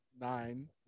nine